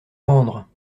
rendre